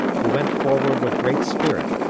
who went forward with great spirit,